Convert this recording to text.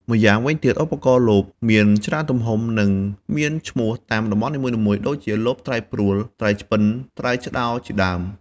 ម្យ៉ាងវិញទៀត ឧបករណ៍លប មានច្រើនទំហំ និងមានឈ្មោះតាមតំបន់នីមួយៗ ដូចជាលបត្រីព្រួល ត្រីឆ្ពិន ត្រីឆ្ដោជាដើម។